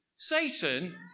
satan